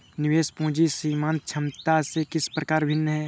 निवेश पूंजी सीमांत क्षमता से किस प्रकार भिन्न है?